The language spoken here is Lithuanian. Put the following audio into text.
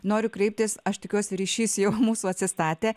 noriu kreiptis aš tikiuosi ryšys jau mūsų atsistatė